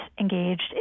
engaged